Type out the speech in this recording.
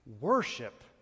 worship